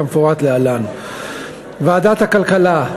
כמפורט להלן: ועדת הכלכלה,